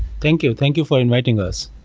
thank you. thank you for inviting us.